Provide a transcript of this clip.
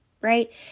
Right